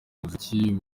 umuziki